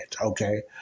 okay